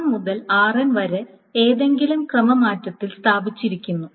r1 മുതൽ rn വരെ ഏതെങ്കിലും ക്രമമാറ്റത്തിൽ സ്ഥാപിച്ചിരിക്കുന്നു